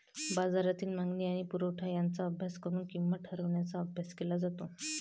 बाजारातील मागणी आणि पुरवठा यांचा अभ्यास करून किंमत ठरवण्याचा अभ्यास केला जातो